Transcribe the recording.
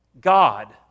God